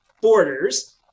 borders